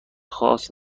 خواست